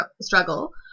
struggle